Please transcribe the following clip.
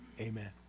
amen